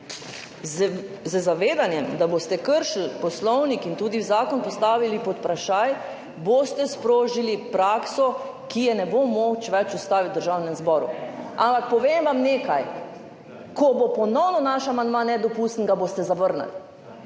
z zavedanjem, da boste kršili poslovnik in tudi zakon postavili pod vprašaj, boste sprožili prakso, ki je ne bo več moč ustaviti v Državnem zboru. Ampak povem vam nekaj, ko bo ponovno naš amandma nedopusten, ga boste zavrnili.